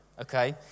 Okay